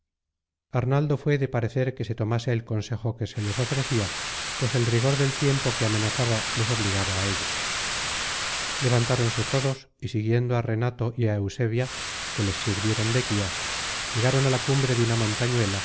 arnaldo fué de parecer que se tomase el consejo que se les ofrecia pues el rigor del tiempo que amenazaba les obligaba á ello levantáronse todos y siguiendo á renato y á eusebia que les sirvieron de guías llegaron a la cumbre de una montañuela